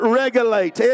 regulate